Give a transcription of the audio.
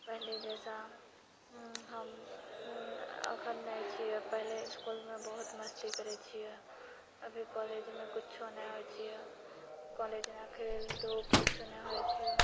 पहले जैसा हम अखनि नहि छियै पहले इस्कूलमे बहुत मस्ती करैत छियै अभी कॉलेजमे कुछौ नहि होयत छियै कॉलेजमे खेल धूप कुछौ नै होयत छियै